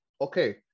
Okay